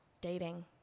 Dating